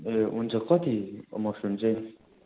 ए हुन्छ कति मसरुम चाहिँ